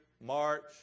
March